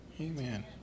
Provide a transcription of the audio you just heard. Amen